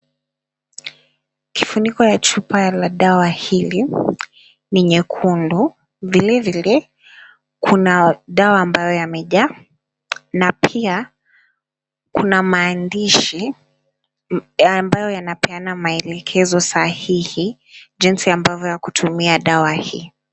Kifuniko ya chupa la dawa hili ni nyekundu, vile vile kuna dawa ambayo yamejaa, na pia kuna maandishi ambayo yanapeana maelekezo sahihi jinsi ambavyo yakutumia dawa hii.